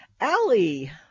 Allie